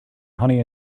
honey